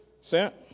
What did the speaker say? sent